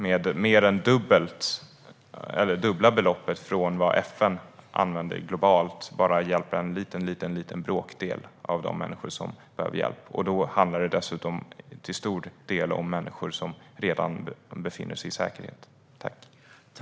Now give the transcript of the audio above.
Med mer än ett dubbelt så stort belopp som vad FN använder globalt hjälper man en ytterst liten bråkdel av de människor som behöver hjälp. Det handlar dessutom till stor del om människor som redan befinner sig i säkerhet.